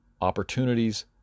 opportunities